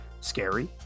scary